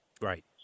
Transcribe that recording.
Right